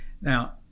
now